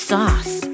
Sauce